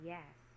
Yes